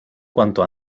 cuanto